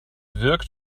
wirkt